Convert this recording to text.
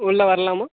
உள்ளே வரலாமா